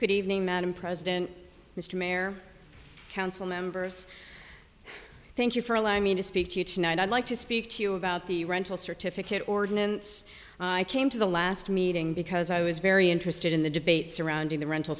good evening madam president mr mayor council members thank you for allowing me to speak to you tonight i'd like to speak to you about the rental certificate ordinance i came to the last meeting because i was very interested in the debate surrounding the rental